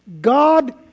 God